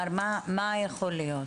מה יכול להיות?